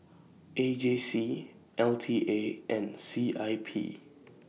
A J C L T A and C I P